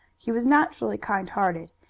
he was naturally kind-hearted,